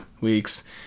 weeks